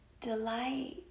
delight